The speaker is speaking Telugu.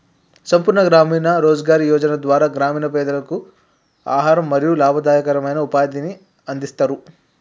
సంపూర్ణ గ్రామీణ రోజ్గార్ యోజన ద్వారా గ్రామీణ పేదలకు ఆహారం మరియు లాభదాయకమైన ఉపాధిని అందిస్తరు